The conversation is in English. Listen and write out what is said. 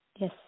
yes